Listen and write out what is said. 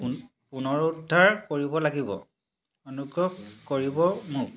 পুনৰুদ্ধাৰ কৰিব লাগিব অনুগ্ৰহ কৰিব মোক